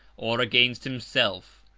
or against himself.